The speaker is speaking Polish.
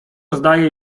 zdaje